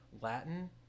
latin